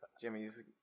Jimmy's